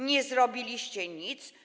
Nie zrobiliście nic.